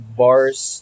bars